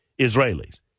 Israelis